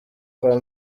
kwa